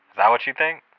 that what you think?